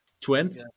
Twin